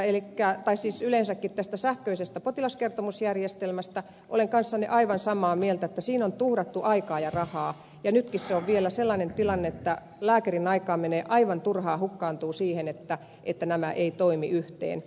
tietopalvelujärjestelmästä tai siis yleensäkin tästä sähköisestä potilaskertomusjärjestelmästä olen kanssanne aivan samaa mieltä että siinä on tuhrattu aikaa ja rahaa ja nytkin on vielä sellainen tilanne että lääkärin aikaa aivan turhaan hukkaantuu siihen että nämä eivät toimi yhteen